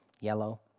yellow